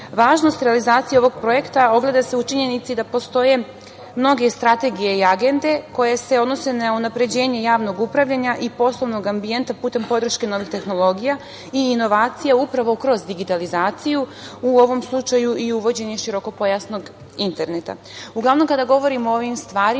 realizacije ovog projekta ogleda se u činjenici da postoje mnoge strategije i agende koje se odnose na unapređenje javnog upravljanja i poslovnog ambijenta putem podrške novih tehnologija i inovacija, upravo kroz digitalizaciju, u ovom slučaju i uvođenje širokopojasnog interneta. Uglavnom, kada govorimo o ovim stvarima,